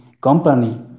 company